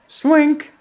Swink